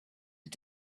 had